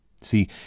See